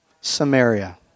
Samaria